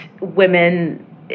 women